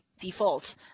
default